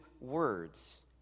words